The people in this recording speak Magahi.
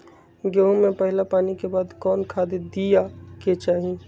गेंहू में पहिला पानी के बाद कौन खाद दिया के चाही?